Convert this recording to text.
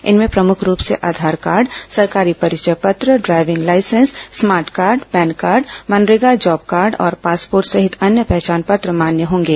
इनमें प्रमुख रूप से आधार कार्ड सरकारी परिचय पत्र driving licence smart card PAN card मनरेगा जॉब कार्ड और पासपोर्ट सहित अन्य पहचान पत्र मान्य होंगे